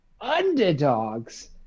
underdogs